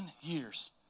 years